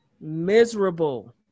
miserable